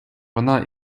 вона